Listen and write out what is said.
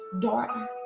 daughter